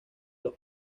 los